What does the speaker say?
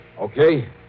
okay